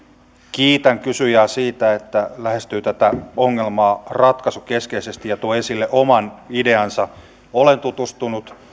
kiitän kysyjää siitä että lähestyi tätä ongelmaa ratkaisukeskeisesti ja toi esille oman ideansa olen tutustunut